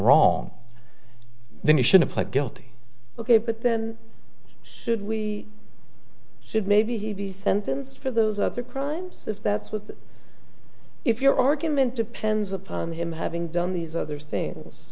wrong then you should have pled guilty ok but then should we should maybe he be sentenced for those other crimes if that's what if your argument depends upon him having done these other things